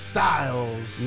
Styles